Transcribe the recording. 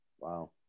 Wow